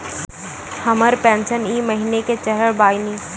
हमर पेंशन ई महीने के चढ़लऽ बानी?